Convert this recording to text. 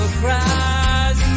cries